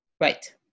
Right